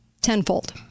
Tenfold